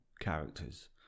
characters